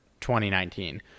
2019